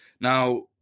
Now